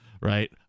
right